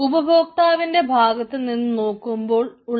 ഉപഭോക്താവിന്റെ ഭാഗത്തു നിന്നും നോക്കുമ്പോൾ ഉള്ളവ